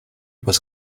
was